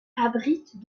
abrite